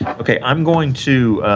okay. i'm going to